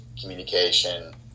communication